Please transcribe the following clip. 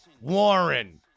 Warren